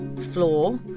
floor